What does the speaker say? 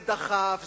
זה דחף,